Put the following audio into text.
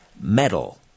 metal